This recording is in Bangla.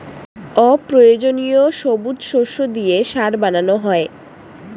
অপ্রয়োজনীয় সবুজ শস্য দিয়ে সার বানানো হয়